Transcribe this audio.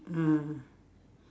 ah